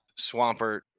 Swampert